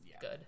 good